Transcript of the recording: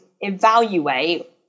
evaluate